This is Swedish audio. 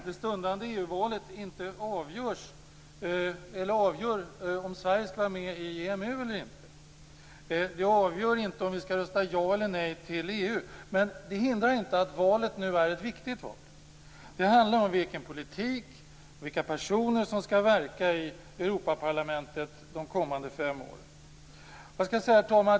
Det stundande EU-valet avgör inte om Sverige skall vara med i EMU eller inte. Det avgör inte om vi skall rösta ja eller nej till EU. Men det hindrar inte att valet nu är ett viktigt val. Det handlar om vilken politik som skall föras och vilka personer som skall verka i Europaparlamentet de kommande fem åren.